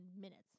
minutes